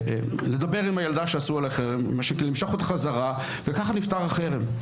לדבר עם הילדה שעשו עליה חרם וככה נפתר החרם.